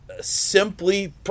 simply